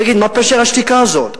תגיד, מה פשר השתיקה הזאת?